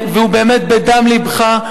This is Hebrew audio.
באמת מדם לבך,